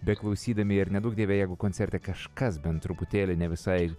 beklausydami ir neduok dieve jeigu koncerte kažkas bent truputėlį ne visai